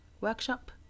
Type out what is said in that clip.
workshop